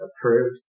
approved